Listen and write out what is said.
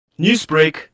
Newsbreak